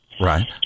Right